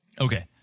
Okay